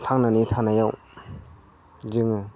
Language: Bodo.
थांनानै थानायाव जोङो